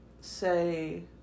say